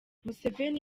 museveni